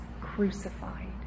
crucified